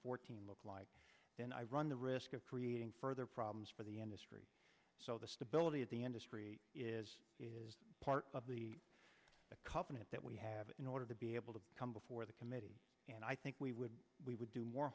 fourteen look like then i run the risk of creating further problems for the industry so the stability at the end of it is part of the company that we have in order to be able to come before the committee and i think we would we would do more